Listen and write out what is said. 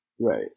Right